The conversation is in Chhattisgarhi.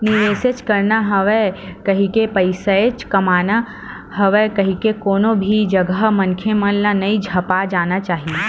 निवेसेच करना हवय कहिके, पइसाच कमाना हवय कहिके कोनो भी जघा मनखे मन ल नइ झपा जाना चाही